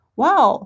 Wow